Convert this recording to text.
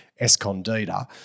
Escondida